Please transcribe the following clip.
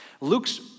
Luke's